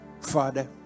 Father